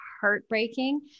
heartbreaking